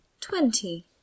twenty